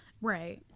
Right